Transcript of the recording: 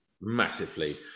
massively